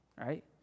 Right